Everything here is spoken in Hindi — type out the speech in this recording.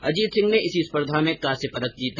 अजीत सिंह ने इसी स्पर्धा में कांस्य पदक जीता